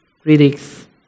critics